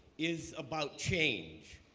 is about change.